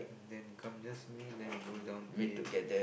then come just me then we go down play